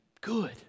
good